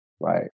right